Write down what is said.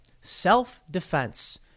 Self-defense